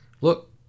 look